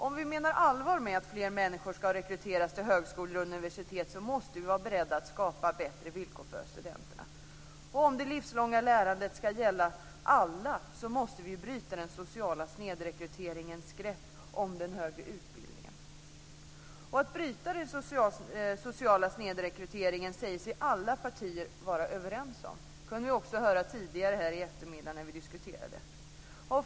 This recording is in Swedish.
Om vi menar allvar med att fler människor ska rekryteras till högskolor och universitet måste vi vara beredda att skapa bättre villkor för studenterna. Om det livslånga lärandet ska gälla alla måste vi bryta den sociala snedrekryteringens grepp om den högre utbildningen. Alla partier säger sig vara överens om att bryta den sociala snedrekryteringen. Det kunde vi också höra tidigare i eftermiddag.